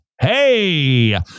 Hey